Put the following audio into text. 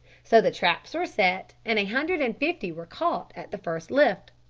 so the traps were set, and a hundred and fifty were caught at the first lift.